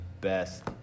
best